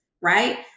right